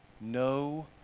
No